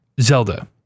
zelda